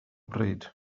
bryd